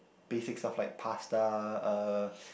basic stuff like pasta uh